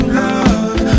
love